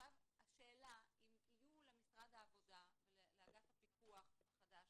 השאלה היא אם יהיו למשרד העבודה ולאגף הפיקוח החדש